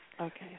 Okay